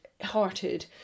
hearted